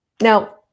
now